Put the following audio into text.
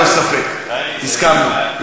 ללא ספק" הסכמנו.